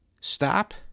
Stop